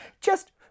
just